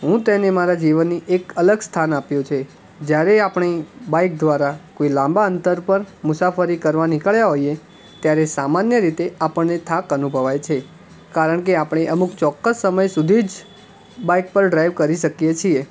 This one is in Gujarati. હું તેને મારા જીવનની એક અલગ સ્થાન આપ્યું છે જયારે આપણી બાઇક દ્વારા કોઈ લાંબા અંતર પર મુસાફરી કરવા નીકળ્યા હોઈએ ત્યારે સામાન્ય રીતે આપણને થાક અનુભવાય છે કારણ કે આપણે અમુક ચોક્કસ સમય સુધી જ બાઇક પર ડ્રાઈવ કરી શકીએ છીએ